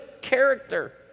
character